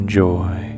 joy